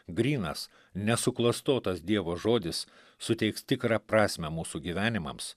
grynas nesuklastotas dievo žodis suteiks tikrą prasmę mūsų gyvenimams